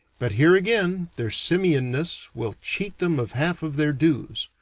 but here again their simian-ness will cheat them of half of their dues,